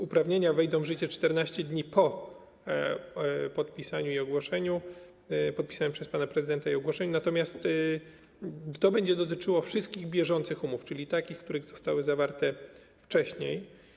Uprawnienia wejdą w życie 14 dni po podpisaniu tego przez pana prezydenta i ogłoszeniu, natomiast to będzie dotyczyło wszystkich bieżących umów, czyli takich, które zostały zawarte wcześniej.